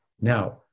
Now